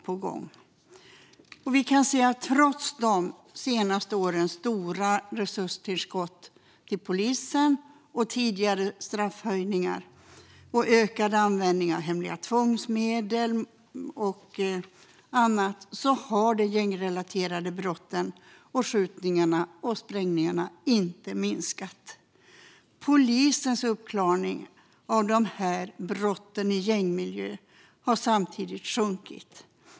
Vi kan se att de gängrelaterade brotten, skjutningarna och sprängningarna inte har minskat trots de senaste årens stora resurstillskott till polisen, trots tidigare straffhöjningar och trots ökad användning av hemliga tvångsmedel och annat. Polisens uppklaring av brotten i gängmiljö har sjunkit.